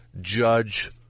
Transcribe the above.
judge